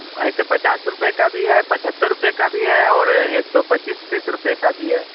ऐसे पचास रुपये का भी है पचहत्तर रुपये का भी है और एक सौ पच्चीस तीस रुपये का भी है